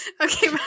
okay